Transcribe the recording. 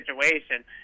situation